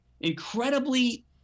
incredibly